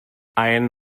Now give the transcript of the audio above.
ein